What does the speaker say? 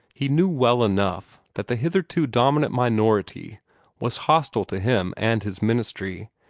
he knew well enough that the hitherto dominant minority was hostile to him and his ministry,